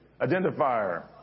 Identifier